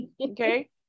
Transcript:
okay